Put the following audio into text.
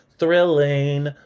Thrilling